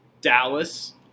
Dallas